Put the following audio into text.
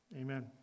Amen